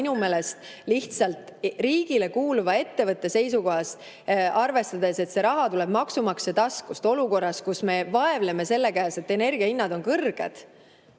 minu meelest lihtsalt riigile kuuluva ettevõtte seisukohast, arvestades, et see raha tuleb maksumaksja taskust, olukorras, kus me vaevleme selle käes, et energiahinnad on kõrged,